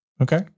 Okay